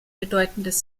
bedeutendes